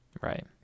right